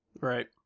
Right